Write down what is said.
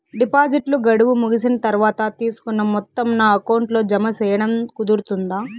డిపాజిట్లు గడువు ముగిసిన తర్వాత, తీసుకున్న మొత్తం నా అకౌంట్ లో జామ సేయడం కుదురుతుందా?